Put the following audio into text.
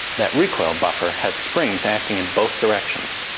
that recoil buffer has springs acting in both directions,